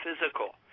physical